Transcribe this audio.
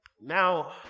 Now